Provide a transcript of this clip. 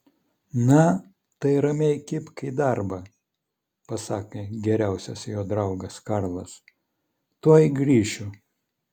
na tai ramiai kibk į darbą pasakė geriausias jo draugas karlas tuoj grįšiu